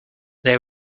they